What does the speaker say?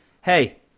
hey –